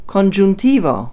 Congiuntivo